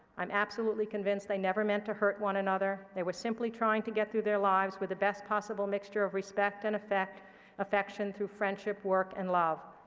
i'm absolutely convinced they never meant to hurt one another. they were simply trying to get through their lives with the best possible mixture of respect and affection through friendship, work, and love.